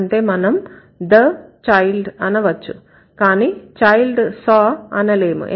అంటే మనం the child అనవచ్చు కానీ child saw అనలేము